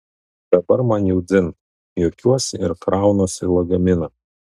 dabar man jau dzin juokiuosi ir kraunuosi lagaminą